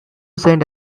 send